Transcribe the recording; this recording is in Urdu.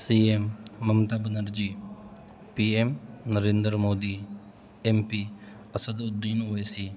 سی M Mamata Banerjee P M Narendra Modi M P Asaduddin ویسی